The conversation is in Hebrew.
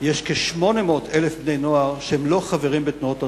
יש כ-800,000 בני נוער שהם לא חברים בתנועות הנוער,